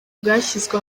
bwashyizwe